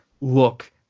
look